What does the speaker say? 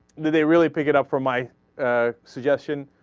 they're really pick it up for my ah. suggestion